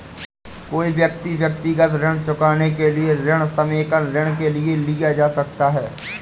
कोई व्यक्ति व्यक्तिगत ऋण चुकाने के लिए ऋण समेकन ऋण के लिए जा सकता है